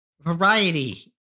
Variety